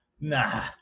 Nah